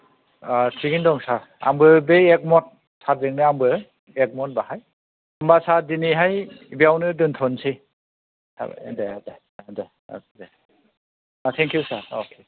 थिगैनो दं सार आंबो बै एग मद सारजोंनो आंबो एग मद बाहाय होनबा सार दिनैहाय बेवनो दोनथ'सै सार ए दे दे दे औ दे थेंकिउ सार औ